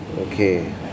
Okay